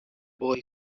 boy